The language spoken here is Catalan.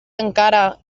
encara